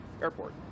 airport